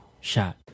shot